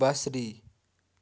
بصری